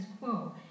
quo